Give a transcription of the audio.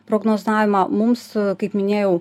prognozavimą mums kaip minėjau